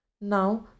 now